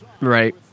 right